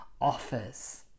offers